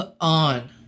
on